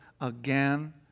again